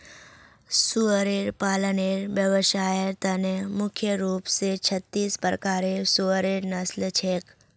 सुअर पालनेर व्यवसायर त न मुख्य रूप स छत्तीस प्रकारेर सुअरेर नस्ल छेक